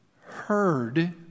heard